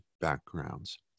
backgrounds